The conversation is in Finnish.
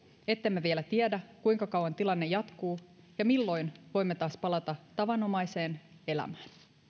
ettemme vielä tiedä kuinka kauan tilanne jatkuu ja milloin voimme taas palata tavanomaiseen elämään